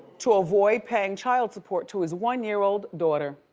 to avoid paying child support to his one-year-old daughter.